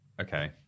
Okay